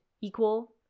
equal